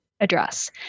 address